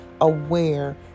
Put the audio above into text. aware